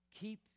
Keep